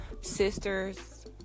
sisters